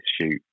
shoot